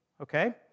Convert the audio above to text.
Okay